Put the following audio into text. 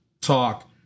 talk